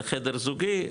לחדר זוגי,